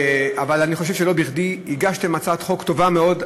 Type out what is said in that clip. אבל אני חושב שלא בכדי הגשתם הצעת חוק טובה מאוד,